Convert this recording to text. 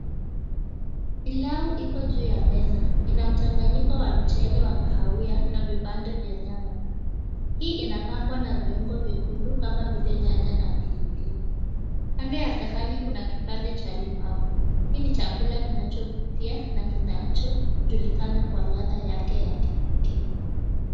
Pilau iko juu ya meza inamchanganyiko wa mchele wa kahawia na vipande vya nyama. Hii inapambwa na viungo vyekundu kama vile nyanya na pilipili. Kando ya sahani kuna kipande cha limau. Hii ni chakula kinachovutia na kinacho julikana na ladha yake ya kipekee.